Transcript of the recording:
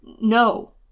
No